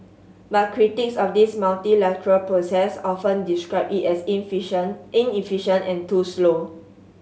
but critics of this multilateral process often describe it as inefficient and too slow